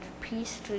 peace